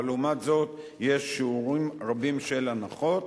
אבל לעומת זאת יש שיעורים רבים של הנחות,